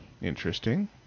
Interesting